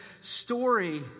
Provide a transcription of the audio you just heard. story